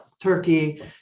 Turkey